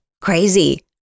Crazy